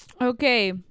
Okay